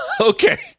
Okay